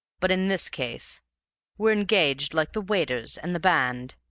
but in this case we're engaged like the waiters and the band,